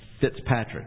Fitzpatrick